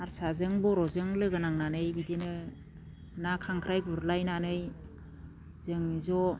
हारसाजों बर'जों लोगो नांनानै बिदिनो ना खांख्राइ गुरलायनानै जों ज'